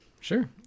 sure